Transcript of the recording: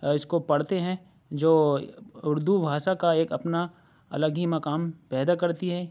اس کو پڑھتے ہیں جو اردو بھاشا کا ایک اپنا الگ ہی مقام پیدا کرتی ہے